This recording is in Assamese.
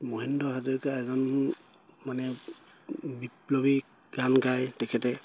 মহেন্দ্ৰ হাজৰিকা এজন মানে বিপ্লৱী গান গায় তেখেতে